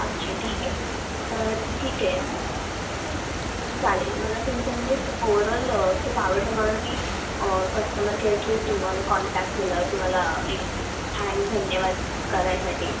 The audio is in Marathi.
अच्छा ठीक आहे तर ठीक आहे चालेल मला तुमचं म्हणजे ओवरऑल खूप आवडलं म्हणून मी कस्टमर केअर थ्रू तुम्हाला कॉन्टॅक्ट केला तुम्हाला एक थँक धन्यवाद करायसाठी